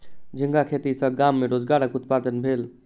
झींगा खेती सॅ गाम में रोजगारक उत्पादन भेल